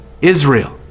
Israel